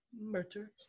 Murder